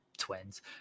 twins